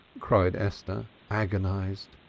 cried esther agonized.